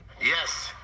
Yes